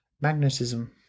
Magnetism